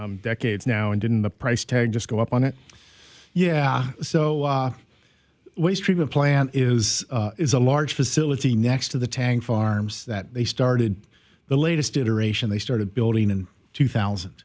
for decades now and didn't the price tag just go up on it yeah so waste treatment plant is is a large facility next to the tank farms that they started the latest iteration they started building in two thousand